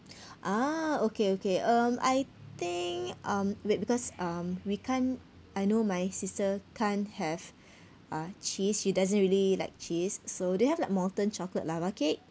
ah okay okay um I think um wait because um we can't I know my sister can't have uh cheese she doesn't really like cheese so do you have like molten chocolate lava cake